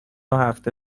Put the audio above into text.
هفته